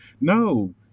No